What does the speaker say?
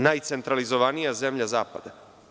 Najcentralizovanija zemlja zapada.